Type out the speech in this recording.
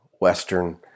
Western